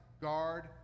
guard